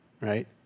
right